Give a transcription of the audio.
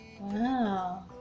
Wow